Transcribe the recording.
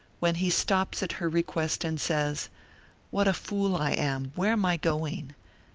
when he stops at her request and says what a fool i am where am i going?